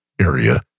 area